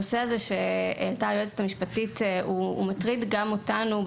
הנושא שהעלתה היועצת המשפטית מטריד גם אותנו.